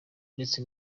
ndetse